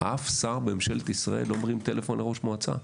אף שר בממשלת ישראל לא מרים טלפון לראש המועצה.